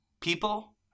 People